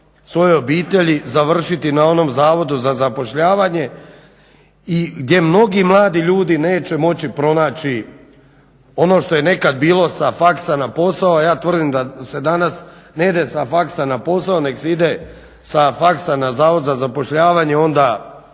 svojoj obitelji završiti na onom Zavodu za zapošljavanje gdje mnogi mladi ljudi neće moći pronaći ono što je nekad bilo sa faksa na posao, a ja tvrdim da se danas ne ide sa faksa na posao nego se ide sa faksa na Zavod za zapošljavanje. Onda